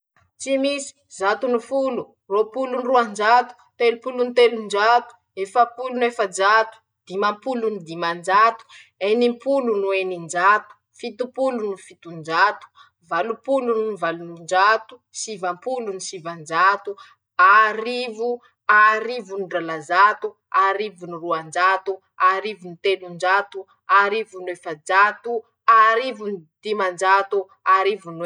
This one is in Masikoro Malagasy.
Tsy misy, zato no folo, roa polon-droanjato, telo polo no telonjato, efapolo no efajato, dimampolo no dimanjato, enimpolo no eninjato, fito polo no fitonjato, valo polo no valonjato, sivampolo no sivanjato, arivo, arivo no drala zato, arivo no roanjato, arivo no telonjato, arivo no efajato, arivo no dimanjato, arivo no en